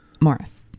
Morris